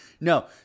No